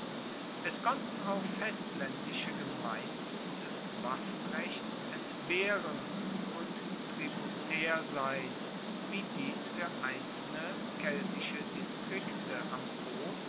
es konnten auch festlaendische gemeinden des waffenrechts entbehren und tributaer sein wie dies fuer einzelne keltische distrikte am po